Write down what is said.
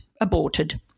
aborted